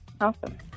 Awesome